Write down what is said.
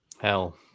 hell